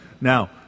now